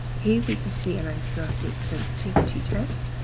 here we can see an antibiotic sensitivity test.